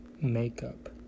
Makeup